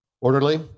Orderly